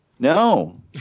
No